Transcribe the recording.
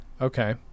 okay